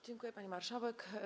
Dziękuję, pani marszałek.